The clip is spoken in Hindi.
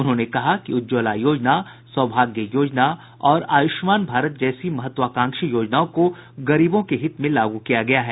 उन्होंने कहा कि उज्ज्वला योजना सौभाग्य योजना और आयुष्मान भारत जैसी महत्वाकांक्षी योजनाओं को गरीबों के हित में लागू किया गया है